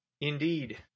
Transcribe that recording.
Indeed